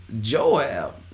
Joab